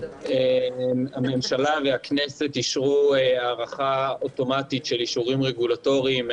הממשלה והכנסת אישרו הארכה אוטומטית של אישורים רגולטוריים,